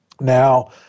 Now